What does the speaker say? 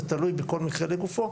זה תלוי בכל מקרה לגופו,